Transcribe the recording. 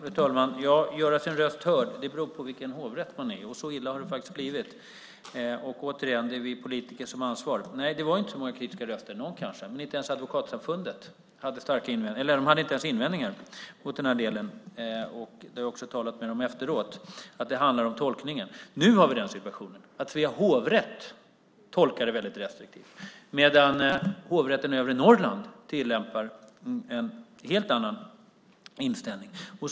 Fru talman! Om man får göra sin röst hörd eller inte beror på vilken hovrätt man är i. Så illa har det blivit. Och återigen: Det är vi politiker som har ansvaret. Nej, det var inte så många kritiska röster. Inte ens Advokatsamfundet hade invändningar mot detta. Jag har talat med dem efteråt om att det handlar om tolkningen. Nu har vi en situation där Svea hovrätt tolkar det mycket restriktivt, medan Hovrätten för Övre Norrland har en helt annan inställning.